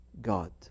God